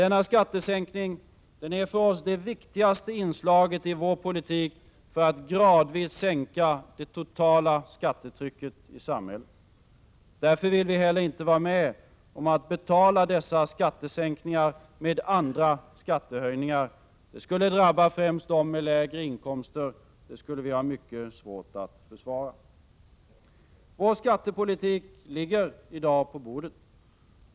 Denna skattesänkning är för oss det viktigaste inslaget i vår politik för att gradvis sänka det totala skattetrycket i samhället. Därför vill vi inte heller vara med om att betala dessa skattesänkningar med andra skattehöjningar. Det skulle drabba främst dem med lägre inkomster, och det skulle vi ha mycket svårt att försvara. Vår skattepolitik ligger i dag på bordet.